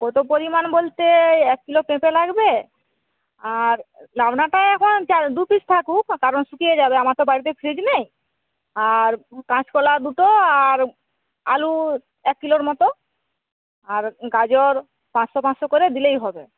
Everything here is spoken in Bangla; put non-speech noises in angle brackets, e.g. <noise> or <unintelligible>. কত পরিমাণ বলতে এক কিলো পেঁপে লাগবে আর লাউডাঁটা এখন <unintelligible> দু পিস থাকুক কারণ শুকিয়ে যাবে আমার তো বাড়িতে ফ্রীজ নেই আর কাঁচকলা দুটো আর আলু এক কিলোর মতো আর গাজর পাঁসশো পাঁসশো করে দিলেই হবে